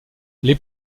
les